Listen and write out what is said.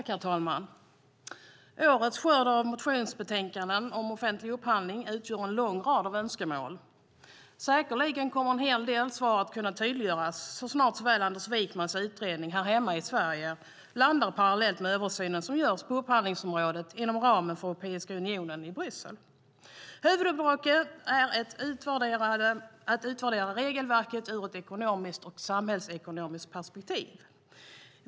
Herr talman! Årets skörd av motionsbetänkanden om offentlig upphandling utgör en lång rad av önskemål. Säkerligen kommer en hel del svar att kunna tydliggöras så snart såväl Anders Wijkmans utredning här hemma i Sverige som den parallella översyn som görs på upphandlingsområdet inom ramen för Europeiska unionen i Bryssel landar. Huvuduppdraget är att utvärdera regelverket ur ett ekonomiskt och samhällspolitiskt perspektiv.